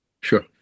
Sure